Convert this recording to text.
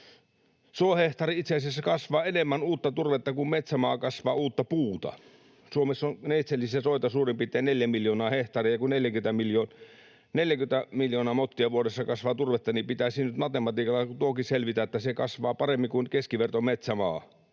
Suohehtaari itse asiassa kasvaa enemmän uutta turvetta kuin metsämaa kasvaa uutta puuta. Suomessa on neitseellisiä soita suurin piirtein neljä miljoonaa hehtaaria, ja kun 40 miljoonaa mottia vuodessa kasvaa turvetta, niin pitäisi nyt matematiikalla tuokin selvitä, että se kasvaa paremmin kuin keskiverto metsämaa,